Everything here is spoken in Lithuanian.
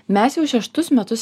mes jau šeštus metus